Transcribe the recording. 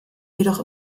jedoch